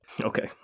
okay